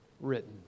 written